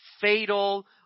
fatal